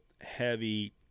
heavy